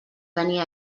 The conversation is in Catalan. tenir